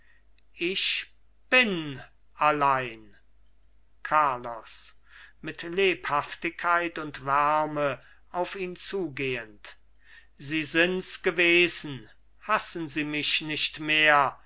ich bin allein carlos mit lebhaftigkeit und wärme auf ihn zugehend sie sinds gewesen hassen sie mich nicht mehr